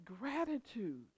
gratitude